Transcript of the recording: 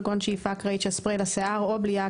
כגון שאיפה אקראית של ספריי לשיער או בליעה